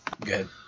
Good